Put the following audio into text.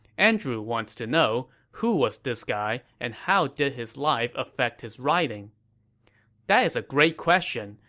andrew wants to know, who was this guy and how did his life affect his writing that is a great question,